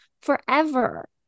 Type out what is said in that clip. forever